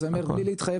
אז אני אומר בלי להתחייב,